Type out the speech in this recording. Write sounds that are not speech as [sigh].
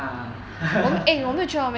uh [laughs]